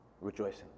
rejoicing